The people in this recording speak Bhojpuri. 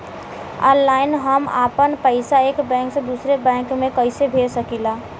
ऑनलाइन हम आपन पैसा एक बैंक से दूसरे बैंक में कईसे भेज सकीला?